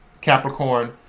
Capricorn